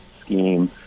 scheme